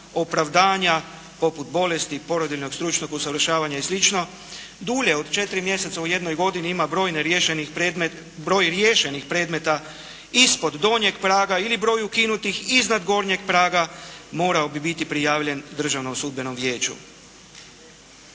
opravdanja poput bolesti, porodiljnog, stručnog usavršavanja i slično dulje od 4 mjeseca u jednoj godini ima broj riješenih predmeta ispod donjeg praga ili broj ukinutih iznad gornjeg praga morao bi biti prijavljen Državnom sudbenom vijeću.